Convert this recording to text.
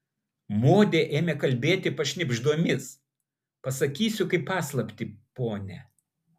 modė ėmė kalbėti pašnibždomis pasakysiu kaip paslaptį pone